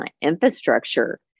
infrastructure